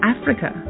Africa